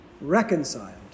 reconciled